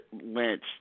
lynch